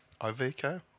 Iveco